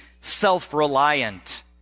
self-reliant